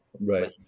Right